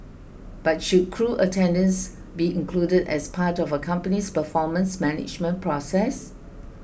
but should crew attendance be included as part of a company's performance management process